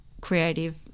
creative